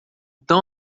tão